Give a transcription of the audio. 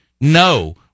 no